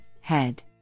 head